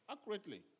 accurately